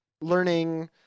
learning